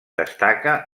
destaca